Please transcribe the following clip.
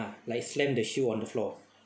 like slam the shoe on the floor